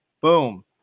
Boom